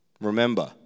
remember